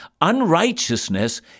unrighteousness